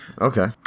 Okay